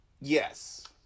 yes